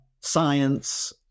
science